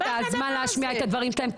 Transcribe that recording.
את הזמן להשמיע את הדברים שלהם.